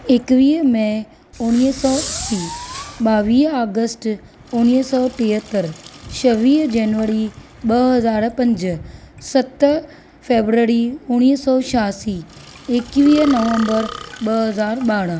एकवीह मई उणिवीह सौ असी बा॒वीह आगस्त उणिवींह सौ टेहतरि छवीह जैनवरी ब॒ हज़ार पंज सत फेबररी उणिवीह सौ छहासी एकवीह नवंबर ब॒ हज़ार बा॒रहं